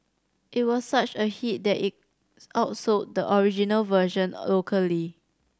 it was such a hit that it outsold the original version locally